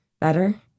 better